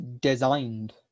designed